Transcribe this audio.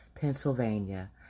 Pennsylvania